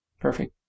Perfect